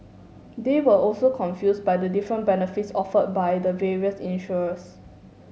they were also confused by the different benefits offered by the various insurers